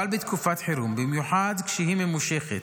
אבל בתקופת חירום, במיוחד כשהיא ממושכת,